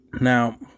Now